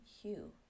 hue